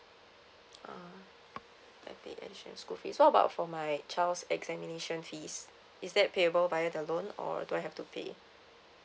ah school fees so about for my child's examination fees is that payable via the loan or do I have to pay it